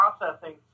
processing